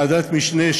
ועדת משנה,